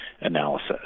analysis